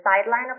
sideline